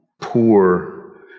poor